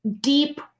deep